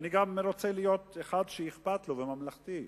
אני גם רוצה להיות אחד שאכפת לו, ממלכתי.